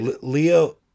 leo